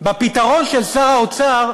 הפתרון של שר האוצר,